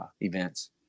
events